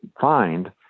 find